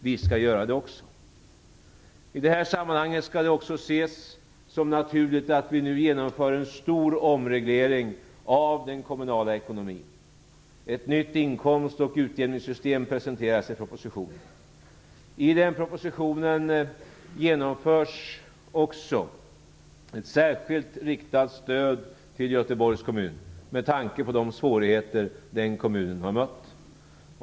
Vi skall göra det också. I detta sammanhang skall det också ses som naturligt att vi nu genomför en stor omreglering av den kommunala ekonomin. Ett nytt inkomst och utjämningssystem presenteras i propositionen. I och med propositionen genomförs också ett särskilt riktat stöd till Göteborgs kommun, med tanke på de svårigheter den kommunen har mött.